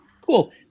Cool